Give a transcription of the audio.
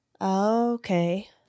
Okay